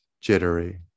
jittery